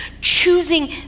choosing